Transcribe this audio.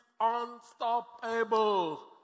Unstoppable